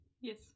Yes